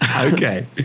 Okay